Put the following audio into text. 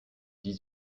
dix